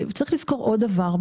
צריך לזכור עוד דבר.